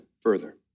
further